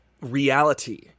reality